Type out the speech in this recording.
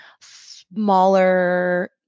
smaller